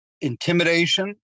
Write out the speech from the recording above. intimidation